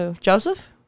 Joseph